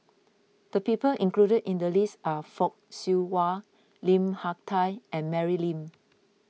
the people included in the list are Fock Siew Wah Lim Hak Tai and Mary Lim